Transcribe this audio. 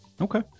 Okay